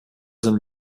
sind